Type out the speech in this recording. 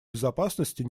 безопасности